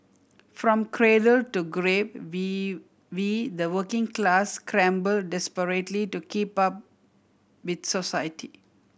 from cradle to grave V we the working class scramble desperately to keep up with society